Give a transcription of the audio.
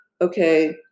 okay